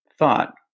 thought